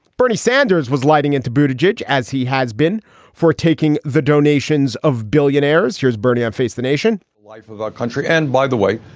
bernie sanders was lighting into bhuta jej as he has been for taking the donations of billionaires. here's bernie on face the nation, wife of our country and by the way,